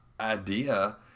idea